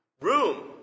room